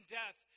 death